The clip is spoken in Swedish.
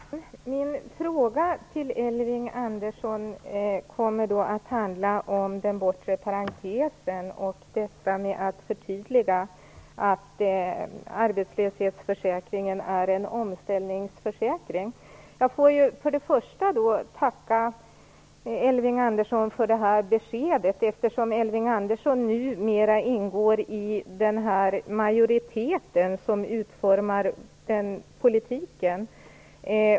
Herr talman! Min fråga till Elving Andersson kommer att handla om den bortre parentesen och detta att förtydliga att arbetslöshetsförsäkringen är en omställningsförsäkring. Jag vill börja med att tacka Elving Andersson för det beskedet, eftersom Elving Andersson numera ingår i den majoritet som utformar politiken.